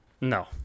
No